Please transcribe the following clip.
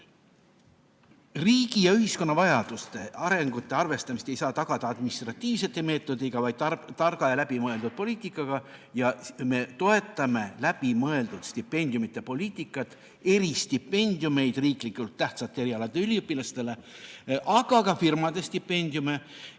ja ühiskonna vajaduste ja arengute arvestamist ei saa tagada administratiivsete meetoditega, vaid targa ja läbimõeldud poliitikaga. Me toetame läbimõeldud stipendiumipoliitikat, eristipendiumeid riiklikult tähtsate erialade üliõpilastele, aga ka firmade stipendiume